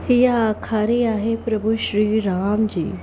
हीअ आखाणी आहे प्रभु श्री राम जी